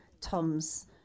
Tom's